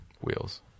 wheels